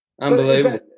Unbelievable